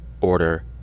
order